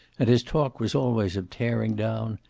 and his talk was always of tearing down,